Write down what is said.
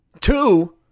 Two